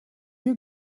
you